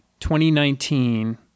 2019